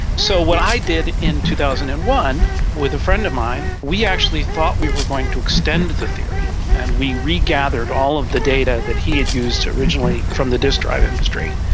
so what i did in two thousand and one with a friend of mine, we actually thought we were going to extend the theory and we regathered all of the data that he had used originally from the disk drive industry,